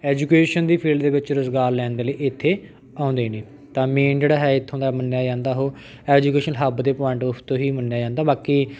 education ਦੀ field ਦੇ ਵਿੱਚ ਰੁਜ਼ਗਾਰ ਲੈਣ ਦੇ ਲਈ ਇੱਥੇ ਆਉਂਦੇ ਨੇ ਤਾਂ ਮੇਨ ਜਿਹੜਾ ਹੈ ਇੱਥੋਂ ਦਾ ਮੰਨਿਆਂ ਜਾਂਦਾ ਉਹ ਐਜੂਕੇਸ਼ਨ ਹੱਬ ਦੇ ਪੁਆਇੰਟ ਔਫ ਤੋਂ ਹੀ ਮੰਨਿਆਂ ਜਾਂਦਾ ਬਾਕੀ